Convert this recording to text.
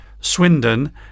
Swindon